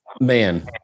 man